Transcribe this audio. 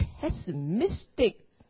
pessimistic